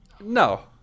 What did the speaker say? No